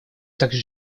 также